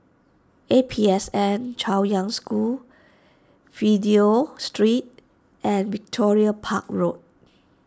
A P S N Chaoyang School Fidelio Street and Victoria Park Road